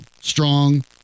strong